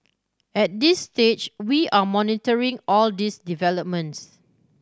at this stage we are monitoring all these developments